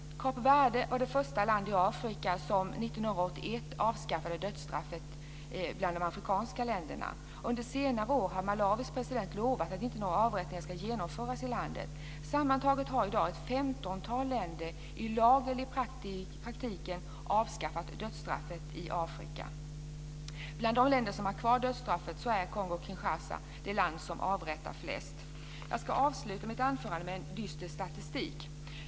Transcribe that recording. Kap Verde var det första land i Afrika som 1981 avskaffade dödsstraffet. Under senare år har Malawis president lovat att några avrättningar inte ska genomföras i landet. Sammantaget har i dag ett femtontal länder i Afrika i lag eller i praktiken avskaffat dödsstraffet. Bland de länder som har kvar dödsstraffet är Kongo-Kinshasa det land som avrättar flest. Jag ska avsluta mitt anförande med en dyster statistik.